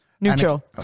Neutral